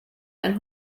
ein